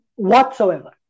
Whatsoever